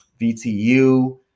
VTU